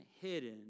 hidden